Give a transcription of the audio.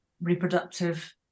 reproductive